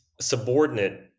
subordinate